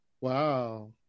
Wow